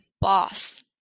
boss